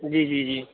جی جی جی